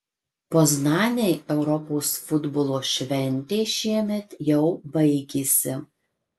poznanei europos futbolo šventė šiemet jau baigėsi